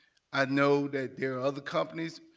i know there there are other companies.